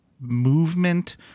movement